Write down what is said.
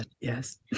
Yes